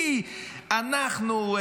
כי אנחנו,